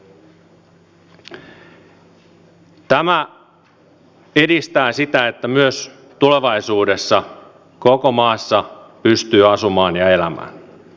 tämä edistää sitä että myös tulevaisuudessa koko maassa pystyy asumaan ja elämään